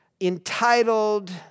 entitled